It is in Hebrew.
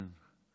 כן.